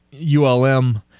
ULM